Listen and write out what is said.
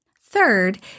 Third